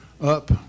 up